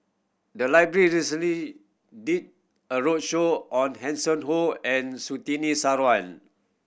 the library recently did a roadshow on Hanson Ho and Sutini Sarwan